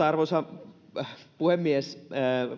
arvoisa puhemies